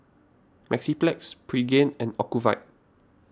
Mepilex Pregain and Ocuvite